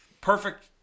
Perfect